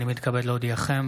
אני מתכבד להודיעכם,